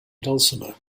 dulcimer